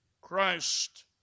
Christ